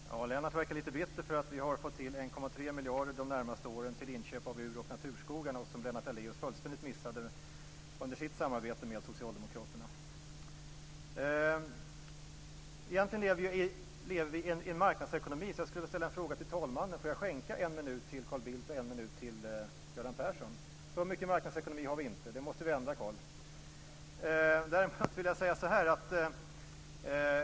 Fru talman! Lennart Daléus verkar litet bitter för att vi har fått till 1,3 miljarder under de närmaste åren för inköp av ur och naturskogar. Något som Lennart Daléus fullständigt missade under sitt samarbete med socialdemokraterna. Egentligen lever vi i en marknadsekonomi, så jag skulle vilja ställa en fråga till talmannen. Får jag skänka en minut till Carl Bildt och en minut till Göran Persson? Så mycket marknadsekonomi har vi inte. Det måste vi ändra, Carl Bildt.